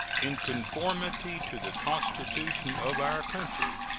in conformity to the constitution of our country,